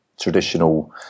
traditional